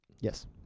Yes